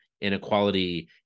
inequality